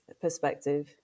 perspective